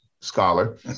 scholar